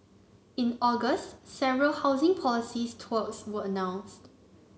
in August several housing policy tweaks were announced